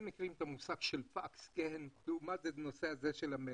הם כן מכירים את המושג של פקס בנושא של המייל.